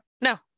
No